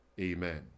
amen